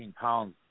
pounds